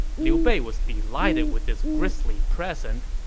liu bei was delighted with this grisly present.